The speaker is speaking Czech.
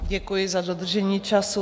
Děkuji za dodržení času.